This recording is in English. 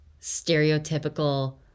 stereotypical